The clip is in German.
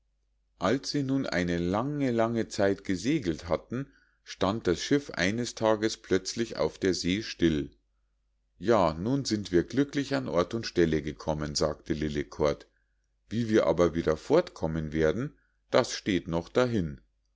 als sie nun eine lange lange zeit gesegelt hatten stand das schiff eines tages plötzlich auf der see still ja nun sind wir glücklich an ort und stelle gekommen sagte lillekort wie wir aber wieder fortkommen werden das steht noch dahin